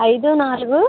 ఐదు నాలుగు